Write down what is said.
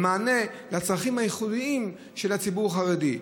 מענה לצרכים הייחודיים של הציבור החרדי.